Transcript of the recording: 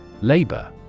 labor